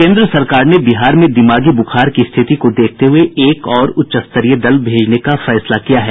केन्द्र सरकार ने बिहार में दिमागी बुखार की स्थिति को देखते हुए एक और उच्चस्तरीय दल भेजने का फैसला किया है